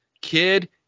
kid